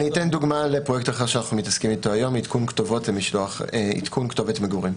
אתן דוגמה לפרויקט שאנחנו מתעסקים איתו היום עדכון כתובת מגורים.